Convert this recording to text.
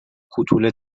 کوتوله